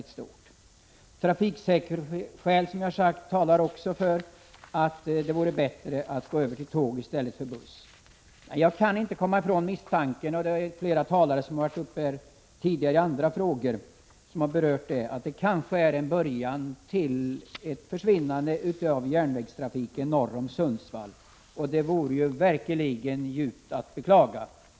Trafiksäkerhetsskäl talar för, som jag har sagt, att det vore bättre att resorna företas med tåg i stället för med buss. Jag kan inte komma ifrån misstanken — flera talare som har varit uppe tidigare i andra frågor har berört det — att detta kanske är början till att järnvägstrafiken försvinner norr om Sundsvall, och det vore verkligen att djupt beklaga.